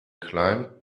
climbed